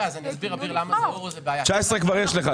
את 2019 כבר יש לך.